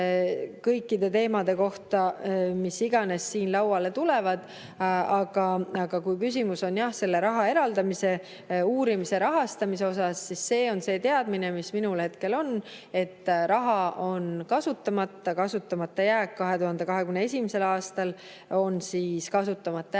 kõikide teemade kohta, mis iganes siin lauale tulevad. Aga kui küsimus on, jah, selle raha eraldamise kohta uurimise rahastamiseks, siis see on see teadmine, mis minul hetkel on, et raha on kasutamata. Kasutamata jääk 2021. aastal on 665 000 eurot, 2022.